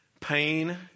pain